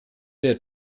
der